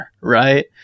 right